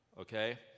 okay